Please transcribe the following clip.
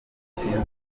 gishinzwe